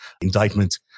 indictment